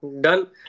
Done